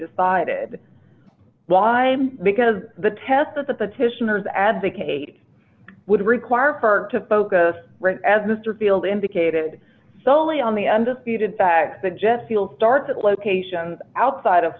decided why because the test that the petitioners advocate would require her to focus right as mister field indicated solely on the undisputed fact that jet fuel starts at locations outside of